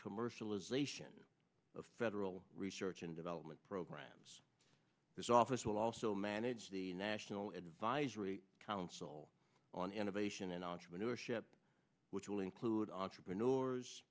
commercialization of federal research and development programs this office will also manage the national advisory council on innovation and entrepreneurship which will include entrepreneur